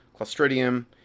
clostridium